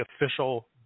official